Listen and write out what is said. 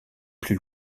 plus